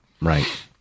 Right